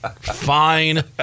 fine